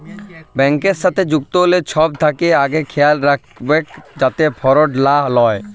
ব্যাংকের সাথে যুক্ত হ্যলে ছব থ্যাকে আগে খেয়াল রাইখবেক যাতে ফরড লা হ্যয়